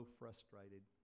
frustrated